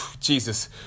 Jesus